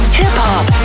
hip-hop